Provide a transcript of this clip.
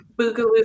Boogaloo